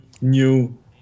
new